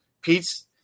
pete's